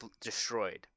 destroyed